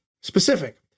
specific